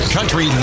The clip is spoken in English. Country